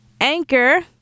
Anchor